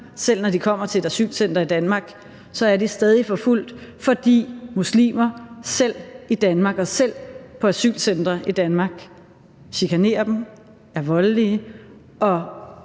selv når de kommer til et asylcenter i Danmark, så er de stadig forfulgt, fordi muslimer selv i Danmark og selv på asylcentre i Danmark chikanerer dem, er voldelige, og